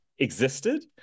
existed